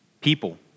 people